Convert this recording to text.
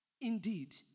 Indeed